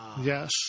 Yes